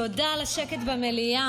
תודה על השקט במליאה.